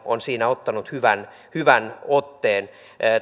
on siinä ottanut hyvän hyvän otteen